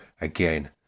again